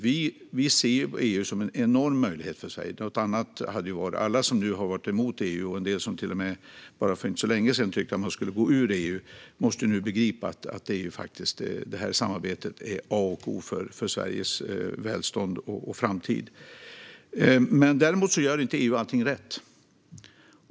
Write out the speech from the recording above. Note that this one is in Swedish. Vi ser EU som en enorm möjlighet för Sverige. Alla som har varit emot EU och en del som för inte så länge sedan till och med tyckte att vi skulle gå ur EU måste nu begripa att detta samarbete faktiskt är A och O för Sveriges välstånd och framtid. EU gör dock inte allting rätt.